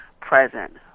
present